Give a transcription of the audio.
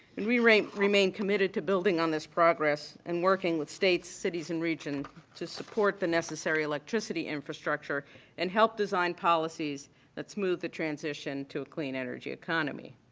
and we remain remain committed to building on this progress and working with states, cities and regions to support the necessary electricity infrastructure and help design policies that's moved the transition to a clean energy economy.